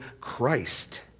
Christ